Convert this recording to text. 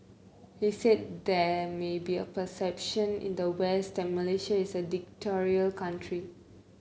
he said there may be a perception in the West that Malaysia is a dictatorial country